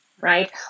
right